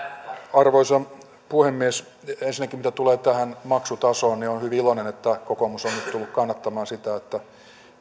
arvoisa puhemies ensinnäkin mitä tulee tähän maksutasoon niin olen hyvin iloinen että kokoomus on nyt tullut kannattamaan sitä että